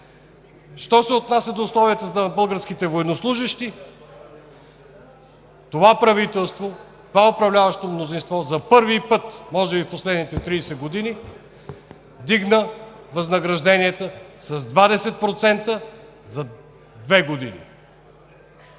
Що се отнася до условията на българските военнослужещи – това правителство, това управляващо мнозинство за първи път може би в последните 30 години вдигна възнагражденията с 20% за две години.